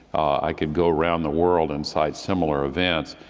i could go around the world and cite similar events.